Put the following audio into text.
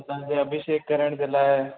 तव्हां जे अभिषेक करण जे लाइ